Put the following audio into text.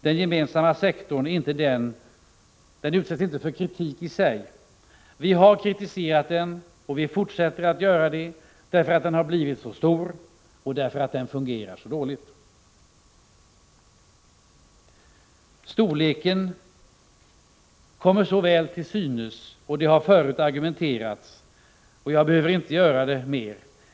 Den gemensamma sektorn utsätts inte för kritik i sig. Vi har kritiserat den, och vi fortsätter att göra det, därför att den har blivit så stor och därför att den fungerar så dåligt. Storleken kommer så väl till synes, och om den saken har det förut argumenterats så ingående att jag inte behöver göra det mer.